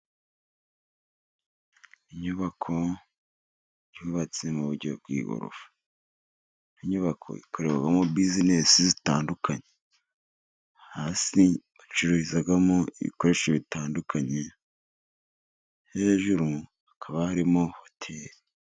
Inyubako yubatse mu buryo bw'igorofa. Inyubako ikorerwamo bizinesi zitandukanye, hasi bacururizamo ibikoresho bitandukanye, hejuru hakaba harimo hoteri.